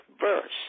verse